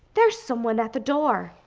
there's someone at the door.